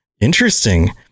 Interesting